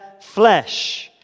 flesh